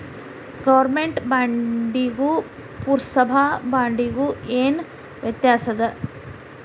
government ಬಾಂಡಿಗೂ ಪುರ್ಸಭಾ ಬಾಂಡಿಗು ಏನ್ ವ್ಯತ್ಯಾಸದ